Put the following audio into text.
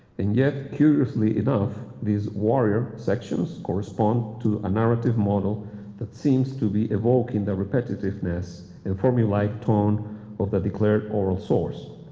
and yet, curiously enough, these warrior sections correspond to a narrative model that seems to be evoked in the repetitiveness and formulaic tone of the declared oral source.